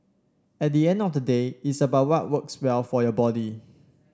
at the end of the day it's about what works well for your body